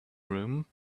room